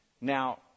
Now